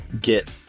get